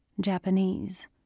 Japanese